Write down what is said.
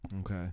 Okay